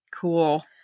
Cool